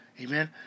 Amen